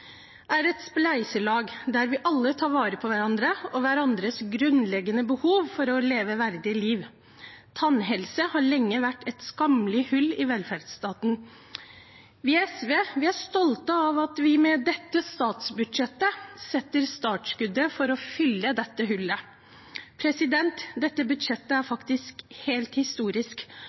er et spleiselag der vi alle tar vare på hverandre og hverandres grunnleggende behov for å leve verdige liv. Tannhelse har lenge vært et skammelig hull i velferdsstaten. Vi i SV er stolte av at vi med dette statsbudsjettet sørger for at startskuddet går for å fylle dette hullet. Dette budsjettet er faktisk helt historisk.